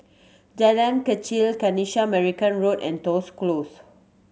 Jalan Kechil Kanisha Marican Road and Toh Close